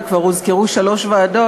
וכבר הוזכרו שלוש ועדות,